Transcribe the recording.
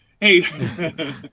Hey